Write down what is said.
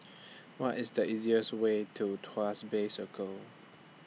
What IS The easiest Way to Tuas Bay Circle